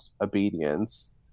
obedience